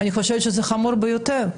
אני חושבת שזה חמור ביותר.